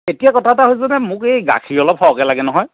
এতিয়া কথা এটা হৈছে নহয় মোক এই গাখীৰ অলপ সৰহকৈ লাগে নহয়